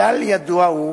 כלל ידוע הוא